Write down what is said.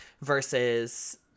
Versus